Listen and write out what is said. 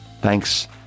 Thanks